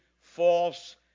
false